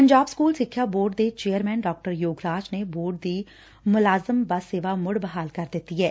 Punjab school ਸਿੱਖਿਆ board ਦੇ chairman ਡਾ ਯੋਗਰਾਜ ਨੇ ਬੋਰਡ ਦੀ ਮੁਲਾਜ਼ਮ ਬਸ ਸੇਵਾ ਮੁੜ ਬਹਾਲ ਕਰ ਦਿੱਤੀ ਐ